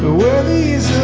where these